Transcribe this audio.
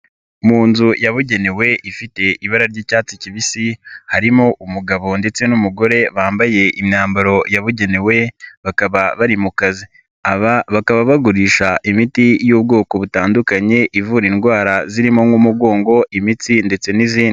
Mu nzu yabugenewe ifite ibara ry'icyatsi kibisi harimo umugabo ndetse n'umugore bambaye imyambaro ya bugenewe bakaba bari mu kazi aba bakaba bagurisha imiti y'ubwoko butandukanye ivura indwara zirimo nk'umugongo imitsi ndetse n'izindi.